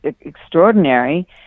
extraordinary